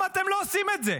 למה אתם לא עושים את זה?